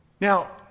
Now